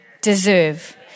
deserve